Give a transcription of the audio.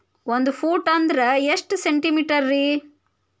ಒಂದು ಫೂಟ್ ಅಂದ್ರ ಎಷ್ಟು ಸೆಂಟಿ ಮೇಟರ್?